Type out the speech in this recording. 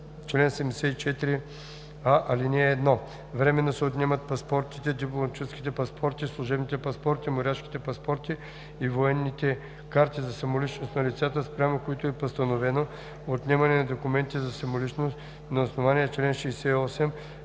„Чл. 74а. (1) Временно се отнемат паспортите, дипломатическите паспорти, служебните паспорти, моряшките паспорти и военните карти за самоличност на лицата, спрямо които е постановено отнемане на документите за самоличност на основание чл. 68,